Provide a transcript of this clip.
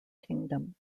kingdom